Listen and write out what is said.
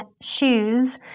shoes